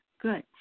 Good